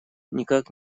никак